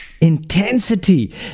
intensity